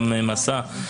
גם 'מסע'.